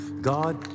God